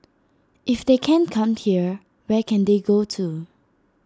if they can't come here where can they go to